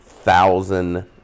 thousand